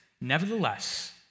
Nevertheless